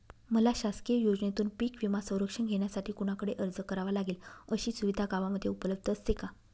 मला शासकीय योजनेतून पीक विमा संरक्षण घेण्यासाठी कुणाकडे अर्ज करावा लागेल? अशी सुविधा गावामध्ये उपलब्ध असते का?